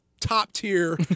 top-tier